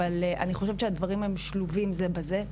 אבל אני חושבת שהדברים שלובים זה בזה.